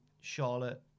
Charlotte